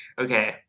Okay